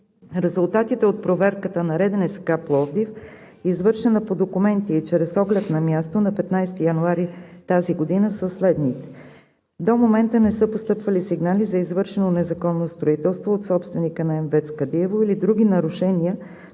строителен контрол – Пловдив, извършена по документи и чрез оглед на място на 15 януари тази година, са следните: до момента не са постъпвали сигнали за извършено незаконно строителство от собственика на мини ВЕЦ „Кадиево“ или други нарушения